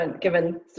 given